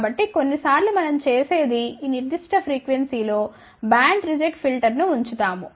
కాబట్టి కొన్నిసార్లు మనం చేసేది ఈ నిర్దిష్ట ఫ్రీక్వెన్సీలో బ్యాండ్ రిజెక్ట్ ఫిల్టర్ను ఉంచుతాము